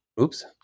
Oops